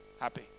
happy